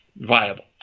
viable